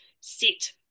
sit